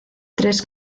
tres